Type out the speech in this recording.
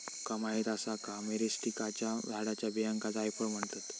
तुमका माहीत आसा का, मिरीस्टिकाच्या झाडाच्या बियांका जायफळ म्हणतत?